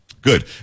Good